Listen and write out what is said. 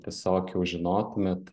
tiesiog jau žinotumėt